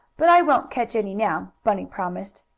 but i won't catch any now, bunny promised.